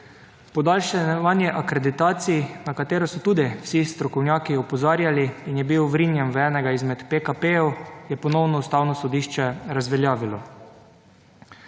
Podaljševanje akreditacij, na katero so tudi vsi strokovnjaki opozarjali in je bil vrinjen v enega izmed PKP, je ponovno Ustavno sodišče razveljavilo.